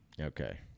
Okay